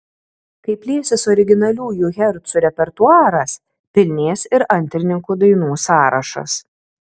kai plėsis originaliųjų hercų repertuaras pilnės ir antrininkų dainų sąrašas